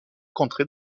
contrée